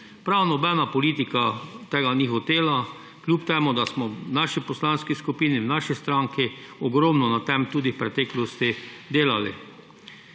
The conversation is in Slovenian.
Prav nobena politika tega ni hotela, kljub temu da smo v naši poslanski skupini, v naši stranki ogromno na tem tudi v preteklosti delali.